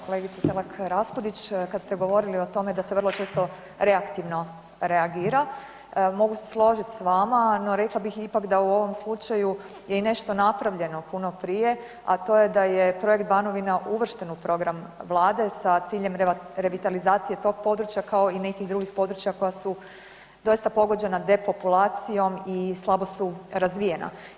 Kolegice Selak Raspudić kad ste govorili o tome da se vrlo često reaktivno reagira mogu se složiti s vama, no rekla bih ipak da u ovom slučaju je i nešto napravljeno puno prije, a to je da je projekt Banovina uvršten u program Vlade sa ciljem revitalizacije tog područja kao i nekih drugih područja koja su doista pogođena depopulacijom i slabo su razvijena.